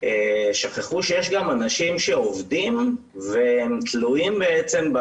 שכחו שיש גם אנשים שעובדים והם תלויים בעצם.